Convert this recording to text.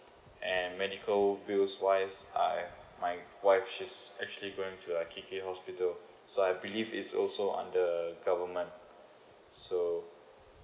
and medical bills wise I my wife she's actually going to like K_K hospital so I believe is also under government so